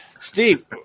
Steve